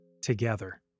together